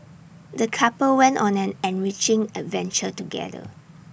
the couple went on an enriching adventure together